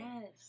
Yes